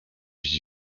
jeść